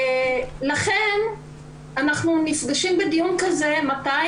לכן אנחנו נפגשים בדיון כזה מתי?